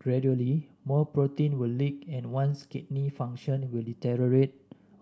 gradually more protein will leak and one's kidney function will deteriorate